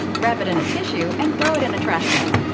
wrap it in a tissue and throw it in a trashcan.